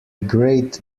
great